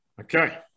Okay